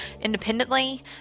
Independently